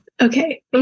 Okay